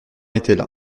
étaient